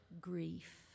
grief